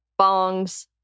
Bongs